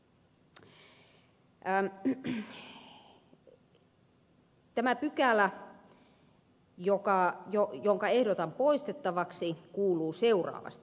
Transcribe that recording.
tämä pykälä jonka ehdotan poistettavaksi kuuluu seuraavasti